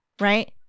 Right